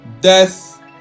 death